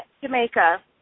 Jamaica